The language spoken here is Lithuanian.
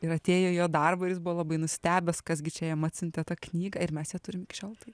ir atėjo į jo darbą ir jis buvo labai nustebęs kas gi čia jam atsiuntė tą knygą ir mes ją turim iki šiol tai